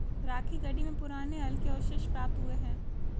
राखीगढ़ी में पुराने हल के अवशेष प्राप्त हुए हैं